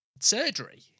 surgery